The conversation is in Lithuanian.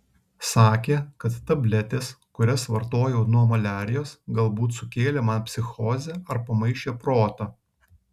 sakė kad tabletės kurias vartojau nuo maliarijos galbūt sukėlė man psichozę ar pamaišė protą